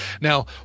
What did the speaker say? Now